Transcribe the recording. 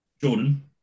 Jordan